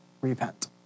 repent